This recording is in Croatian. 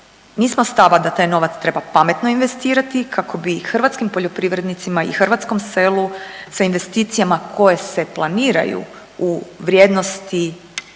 Mi smo stava da taj novac treba pametno investirati kako bi hrvatskim poljoprivrednicima i hrvatskom selu sa investicijama koje se planiranju u vrijednosti